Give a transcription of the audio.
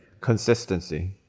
Consistency